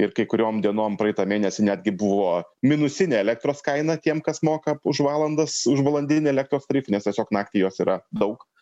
ir kai kuriom dienom praeitą mėnesį netgi buvo minusinė elektros kaina tiem kas moka už valandas už valandinį elektros tarifą nes tiesiog naktį jos yra daug